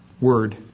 word